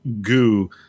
goo